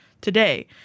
today